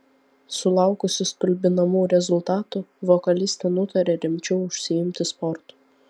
sulaukusi stulbinamų rezultatų vokalistė nutarė rimčiau užsiimti sportu